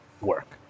Work